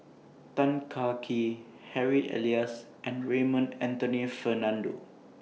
Tan Kah Kee Harry Elias and Raymond Anthony Fernando